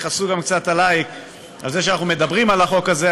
יכעסו גם קצת עלי על זה שאנחנו מדברים על החוק הזה,